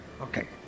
okay